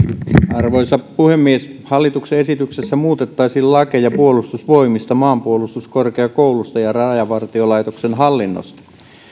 arvoisa puhemies hallituksen esityksessä muutettaisiin lakeja puolustusvoimista maanpuolustuskorkeakoulusta ja rajavartiolaitoksen hallinnosta